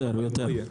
יותר, יותר.